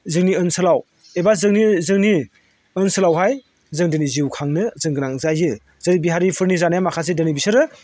जोंनि ओनसोलाव एबा जोंनि ओनसोलावहाय जों दिनै जिउ खांनो जों गोनां जायो जेरै बिहारिफोरनि जानाया माखासे दिनै बिसोरो